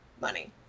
money